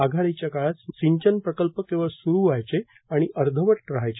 आघाडीच्या काळात महाराष्ट्र सिंचन प्रकल्प केवळ सुरू व्हायचे आणि अर्धवट राहायचे